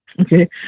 Okay